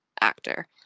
actor